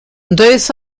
dois